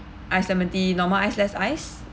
ice lemon tea normal ice less ice